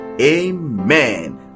Amen